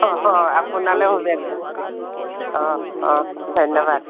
অঁ আপোনালৈও শুভেচ্ছা থাকিল অঁ অঁ ধন্যবাদ